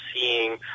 seeing